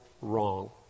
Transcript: wrong